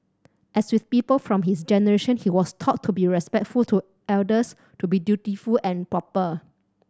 as with people from his generation he was taught to be respectful to elders to be dutiful and proper